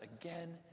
again